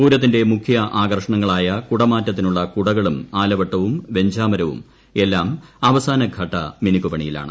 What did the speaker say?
പൂരത്തിന്റെ മുഖ്യ ആകർഷണങ്ങളായ കുടമാറ്റത്തിനുള്ള കുടകളും ആലവട്ടവും വെഞ്ചാമരവും എല്ലാം അവസാനഘട്ട മിനുക്ക് പണിയിലാണ്